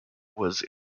was